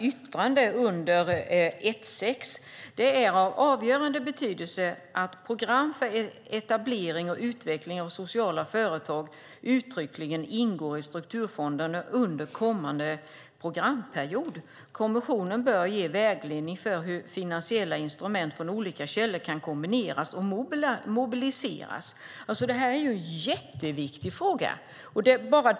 Där står det: "Det är av avgörande betydelse att program för etablering och utveckling av sociala företag uttryckligen ingår i strukturfonderna under kommande programperiod. Kommissionen bör ge vägledning för hur finansiella instrument från olika källor kan kombineras och mobiliseras." Detta är en jätteviktig fråga.